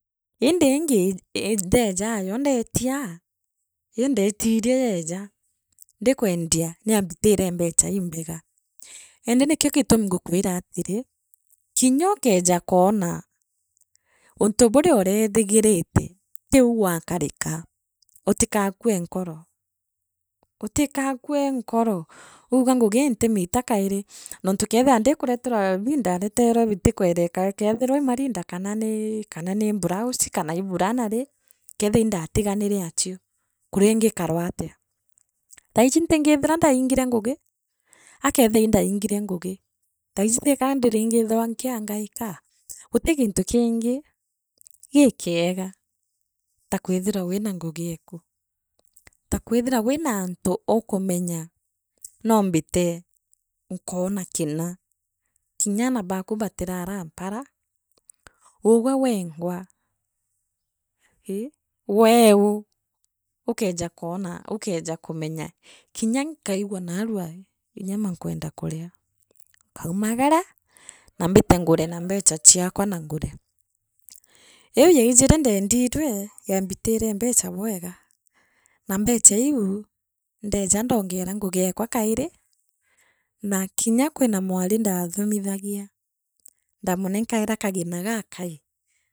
Indiingi i ndegayo ndetia yeja, ndikwendia niembitire mbecha imbega. Indi ni kio gitumi ng’ukwiratiri kinyokejakwona, untu buria ureerigirite tiu wakarika, utikakue nkoro utikakue nkoro uuga ngugii ntimiita kairo nontu kethira ndikureterwa bii ndareterwe bitikwereka kethira ii marinda kana nii kana nii mblausi kana ni burana rii kethira nindatiganire achio kuringi karwa atia. Thaiji ntingi ithirwa ndaingire ngugi, aakothia indaingire ngugi, thaiji tika ndiringithiwa nkianhai kaa, guti gintu kingi gikiega ta kwithiwa wina nugi eku ta kwithirwa wina antu ukumenya noombite nkona kina kinyaana baaku baatiraraa mpara ugwe wengwa ii weuu ukeja kwona ukeja kumenya kinya nkaigua naarua ii nyama nkwenda kuria nkaumagara na mbite ngure na mbecha chiakwa na ngure iu yeijiri ndendirue yaambitire mbecha bwega na mbechaiu ndeja ndoongera ngugiekwa kairi na nkinya kwi mwari ndathumithanga ndamunenkaira kagira gakai.